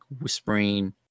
whispering